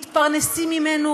מתפרנסים ממנו